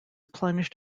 plunged